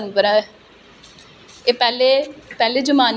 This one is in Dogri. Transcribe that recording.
उनें बेचारें गी कोई स्पोर्ट नेईं होंदी पिच्छे